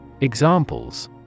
Examples